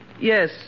Yes